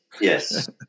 yes